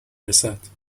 رسد